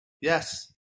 yes